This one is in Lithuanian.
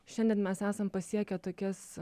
šiandien mes esam pasiekę tokias